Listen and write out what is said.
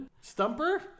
Stumper